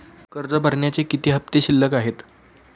कर्ज भरण्याचे किती हफ्ते शिल्लक आहेत?